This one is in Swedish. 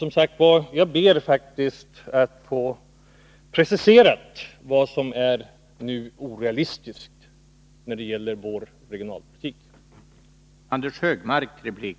Jag ber, som sagt var, att få preciserat vad som nu är orealistiskt när det gäller vår regionalpolitik.